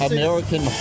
American